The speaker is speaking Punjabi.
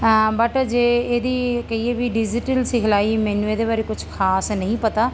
ਬਟ ਜੇ ਇਹਦੀ ਕਹੀਏ ਵੀ ਡਿਜੀਟਲ ਸਿਖਲਾਈ ਮੈਨੂੰ ਇਹਦੇ ਬਾਰੇ ਕੁਛ ਖਾਸ ਨਹੀਂ ਪਤਾ